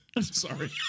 Sorry